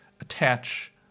attach